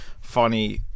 funny